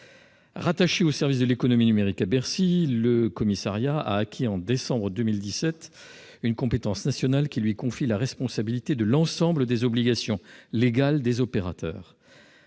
Rattaché au service de l'économie numérique à Bercy, ce commissariat a acquis en décembre 2017 une compétence nationale qui lui confie la responsabilité de l'ensemble des obligations légales des opérateurs.